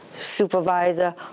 supervisor